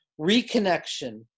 reconnection